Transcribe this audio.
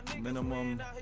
Minimum